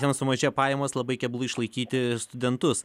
jiems sumažėja pajamos labai keblu išlaikyti ir studentus